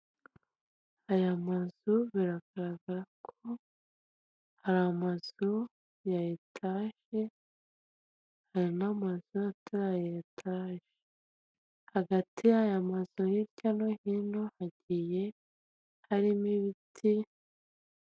Aya mazu biragaragara ko hari amazu ya etaje, hari n'amazu atari aya etaje hagati y'aya mazu hirya no hino hagiye harimo ibiti.